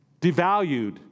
devalued